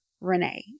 Renee